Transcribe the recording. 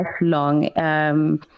lifelong